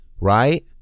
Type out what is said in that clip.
right